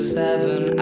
seven